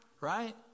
right